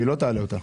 היא לא תעלה אותה